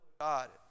God